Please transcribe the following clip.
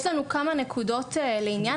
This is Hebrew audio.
יש לנו כמה נקודות לעניין